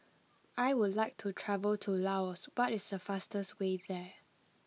I would like to travel to Laos what is the fastest way there